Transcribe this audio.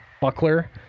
buckler